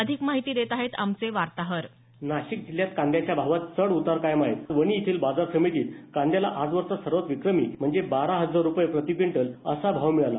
अधिक माहिती देत आहेत आमचे वार्ताहरण नाशिक जिल्ह्यात कांद्याच्या भावात चढ उतार काय माहित वणी इथल्या बाजार समितीत कांदयाचा आज पर्यंतच्या सर्वांत अधिक विक्रमी म्हणजे बारा हजार प्रति क्विंटल असा भाव मिळाला